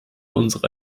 unsere